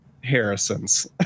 Harrisons